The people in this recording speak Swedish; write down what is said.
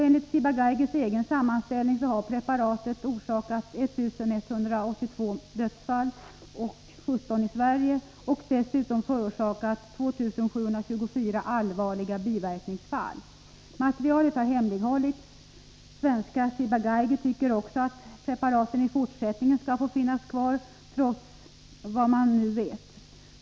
Enligt Ciba-Geigys egen sammanställning har preparaten orsakat 1 182 dödsfall, varav 17 i Sverige, och dessutom 2 724 fall av allvarliga biverkningar. Materialet har hemlighållits. Svenska Ciba-Geigy tycker att preparaten skall få finnas kvar också i fortsättningen, trots vad man nu vet.